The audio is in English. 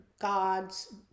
gods